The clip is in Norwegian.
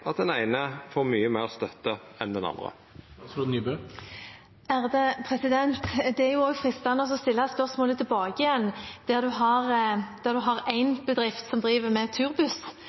at den eine får mykje meir støtte enn den andre? Det er fristende å stille spørsmålet tilbake igjen, der en har én bedrift som driver med turbuss, en annen bedrift som